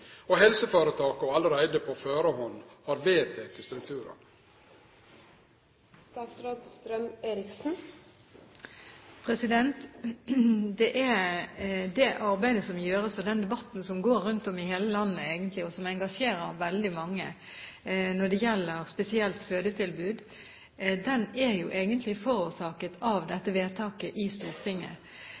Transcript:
på førehand har vedteke strukturane? Det arbeidet som gjøres, og den debatten som går rundt om i hele landet, og som engasjerer veldig mange, spesielt når det gjelder fødetilbud, er egentlig forårsaket av dette vedtaket i Stortinget.